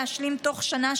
להשלים בתוך שנה,